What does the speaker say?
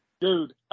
dude